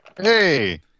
Hey